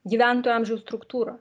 gyventojų amžiaus struktūra